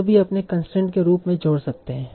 यह भी अपने कंसट्रेंट के रूप में जोड़ सकते हैं